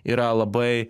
yra labai